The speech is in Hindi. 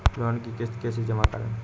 लोन की किश्त कैसे जमा करें?